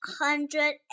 hundred